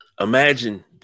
imagine